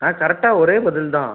நான் கரெக்டாக ஒரே பதில் தான்